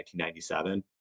1997